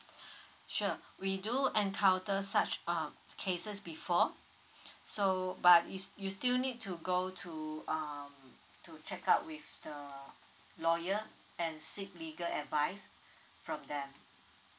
sure we do encounter such uh cases before so but if you still need to go to uh to check out with the lawyer and seek legal advice from there